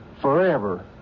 forever